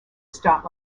stop